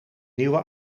nieuwe